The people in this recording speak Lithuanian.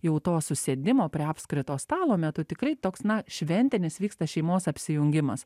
jau to susėdimo prie apskrito stalo metu tikrai toks na šventė nes vyksta šeimos apsijungimas